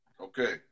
Okay